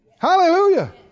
Hallelujah